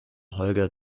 holger